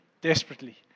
desperately